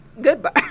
Goodbye